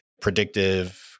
predictive